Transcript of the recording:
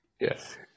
Yes